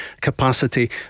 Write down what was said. capacity